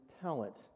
talent